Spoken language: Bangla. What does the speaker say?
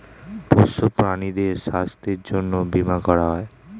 পোষ্য প্রাণীদের স্বাস্থ্যের জন্যে বীমা করা হয়